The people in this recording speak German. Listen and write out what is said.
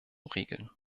regeln